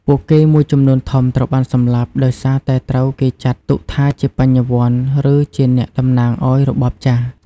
ពួកគេមួយចំនួនធំត្រូវបាន សម្លាប់ ដោយសារតែត្រូវគេចាត់ទុកថាជា "បញ្ញវន្ត" ឬជាអ្នកតំណាងឱ្យរបបចាស់។